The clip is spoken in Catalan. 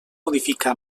modifica